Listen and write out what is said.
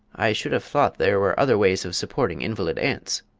i should have thought there were other ways of supporting invalid aunts,